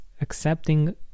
accepting